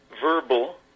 verbal